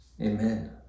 Amen